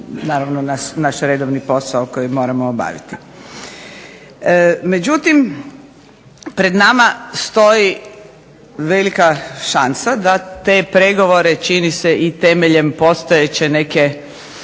naš redovni posao koji moramo obaviti. Međutim pred nama stoji velika šansa da te pregovore, čini se i temeljem postojeće neke